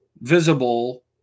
visible